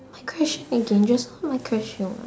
my question again just now my question [what]